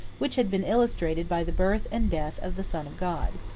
which had been illustrated by the birth and death of the son of god.